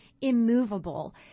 immovable